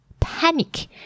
panic